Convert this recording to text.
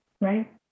Right